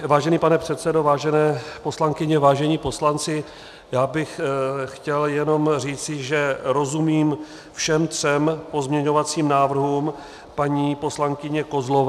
Vážený pane předsedo, vážené poslankyně, vážení poslanci, já bych chtěl jenom říci, že rozumím všem třem pozměňovacím návrhům paní poslankyně Kozlové.